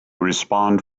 respond